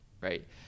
right